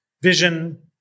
vision